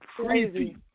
crazy